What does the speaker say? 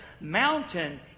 mountain